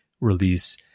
release